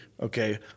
Okay